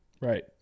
Right